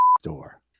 store